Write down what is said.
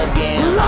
Again